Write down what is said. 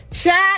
Chat